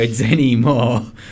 anymore